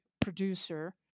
producer